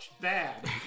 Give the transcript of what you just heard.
bad